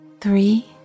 three